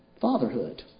fatherhood